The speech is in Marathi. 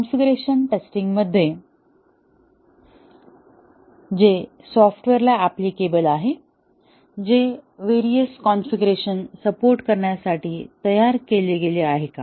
कॉन्फिगरेशन टेस्टिंग मध्ये जे सॉफ्टवेअरला अप्लिकेबल आहे जे व्हेरिअस कॉन्फिगरेशनला सपोर्ट करण्यासाठी तयार केले गेले आहे का